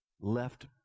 left